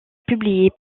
publiées